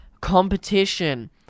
competition